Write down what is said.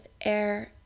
air